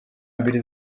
mbili